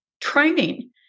training